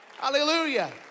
Hallelujah